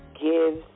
gives